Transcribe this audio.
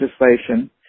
legislation